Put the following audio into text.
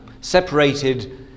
separated